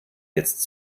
jetzt